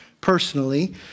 personally